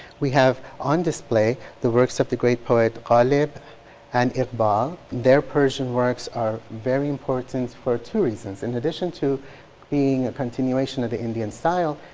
we have on display the works of the great poet ghalib and iqbal. their persian works are very important for two reasons. in addition to being a continuation of the indian style,